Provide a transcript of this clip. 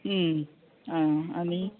आं आनी